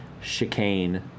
chicane